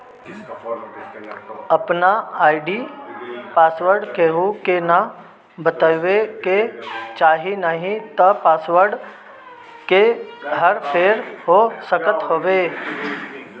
आपन ID password केहू के ना बतावे के चाही नाही त पईसा के हर फेर हो सकत हवे